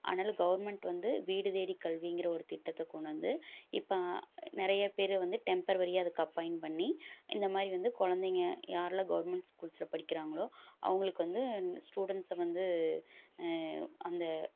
ஆனாலும் கவர்ன்மென்ட் வந்து வீடு தேடி கல்விங்கிற ஒரு திட்டத்தை கொண்டு வந்து இப்போ நிறைய பேர் வந்து டெம்ப்ரவரியாக அதுக்கு அப்பாய்ண்ட் பண்ணி இந்த மாதிரி வந்து குழந்தைங்க யாருலாம் கவர்ன்மென்ட்ஸ் ஸ்கூல்ஸில் படிக்கிறாங்களோ அவங்களுக்கு வந்து ஸ்டூடண்ட்ஸை வந்து அந்த